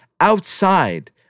outside